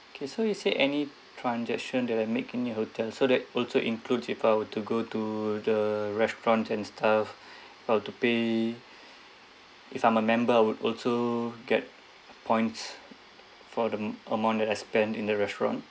okay so you say any transaction that I make in your hotel so that also includes if I were to go to the restaurant and stuff I were to pay if I'm a member I would also get points for the amount that I spend in the restaurant